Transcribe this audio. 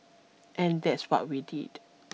and that's what we did